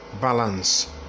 balance